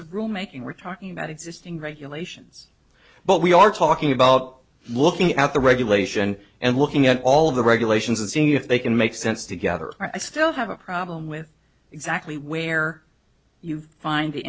of rulemaking we're talking about existing regulations but we are talking about looking at the regulation and looking at all of the regulations and seeing if they can make sense together i still have a problem with exactly where you find the